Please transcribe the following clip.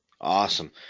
Awesome